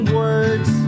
words